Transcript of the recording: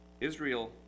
Israel